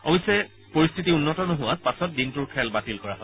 অৱশ্যে পৰিস্থিতি উন্নত নোহোৱাত পাছত দিনটোৰ খেল বাতিল কৰা হয়